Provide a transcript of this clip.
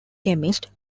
chemist